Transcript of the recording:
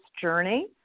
journey